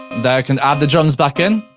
there can add the drums back in.